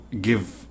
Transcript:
give